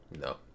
no